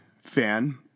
fan